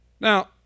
Now